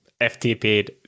FTP